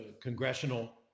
congressional